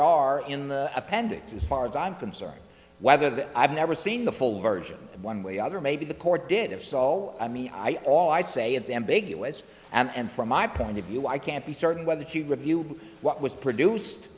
are in the appendix as far as i'm concerned whether the i've never seen the full version one way or other maybe the court did if so i mean i all i'd say it's ambiguous and from my point of view i can't be certain whether to review what was produced